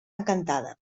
encantada